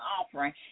offering